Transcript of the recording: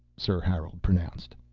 sir harold pronounced.